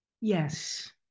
yes